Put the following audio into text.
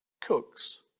cooks